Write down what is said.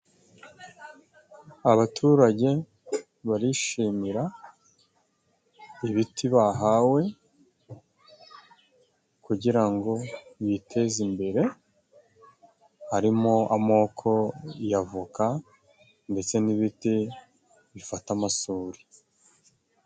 Abaturage barishimira ibiti bahawe kugira ngo biteze imbere harimo amoko y'avoka ndetse n'ibiti bifata amasuri.